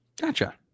gotcha